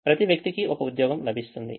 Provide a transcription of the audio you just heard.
ప్రతి వ్యక్తికి ఒక ఉద్యోగం లభిస్తుంది